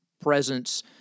presence